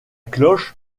cloche